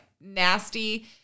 nasty